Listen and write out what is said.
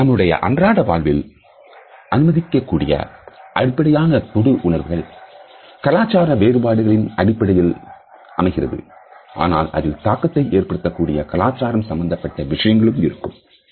" நம்முடைய அன்றாட வாழ்வில் அனுபவிக்கக்கூடிய அடிப்படையான தொடு உணர்வுகள் கலாச்சார கோட்பாடுகளின் அடிப்படையில் அமைகிறது ஆனால் அதில் தாக்கத்தை ஏற்படுத்தக்கூடிய கலாச்சாரம் சம்பந்தப்பட்ட விஷயங்களும் இருக்கும்"